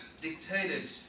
dictated